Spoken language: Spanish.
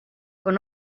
con